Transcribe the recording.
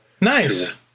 nice